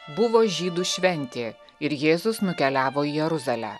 buvo žydų šventė ir jėzus nukeliavo į jeruzalę